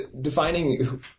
defining